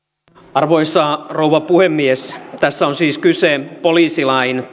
arvoisa rouva puhemies tässä on siis kyse poliisilain